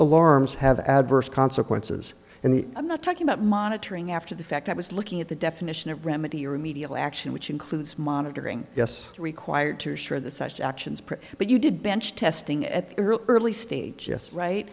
alarms have adverse consequences in the i'm not talking about monitoring after the fact i was looking at the definition of remedy or remedial action which includes monitoring yes required to assure the such actions pretty but you did bench testing at the early stages right